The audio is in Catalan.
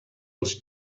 als